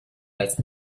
that’s